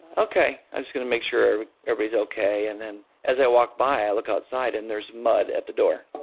ok i'm just going to make sure everybody is ok. and then as i walk by, i look outside, and there's mud at the door